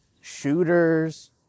Shooters